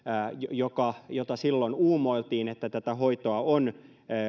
jota silloin uumoiltiin että kiireetöntä hoitoa on